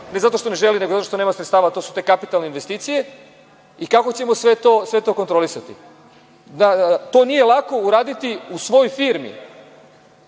ne zato što ne želi, nego zato što nema sredstava, to su te kapitalne investicije? Kako ćemo sve to kontrolisati? To nije lako uraditi u svojoj firmi,